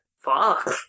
Fuck